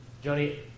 Johnny